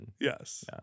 Yes